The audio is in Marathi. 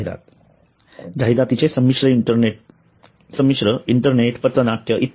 जाहिरात जाहिरातींचे संमिश्र इंटरनेट पथनाट्य इ